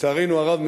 לצערנו הרב,